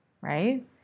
right